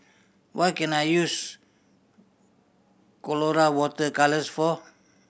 what can I use Colora Water Colours for